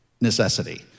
necessity